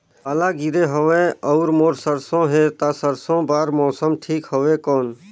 पाला गिरे हवय अउर मोर सरसो हे ता सरसो बार मौसम ठीक हवे कौन?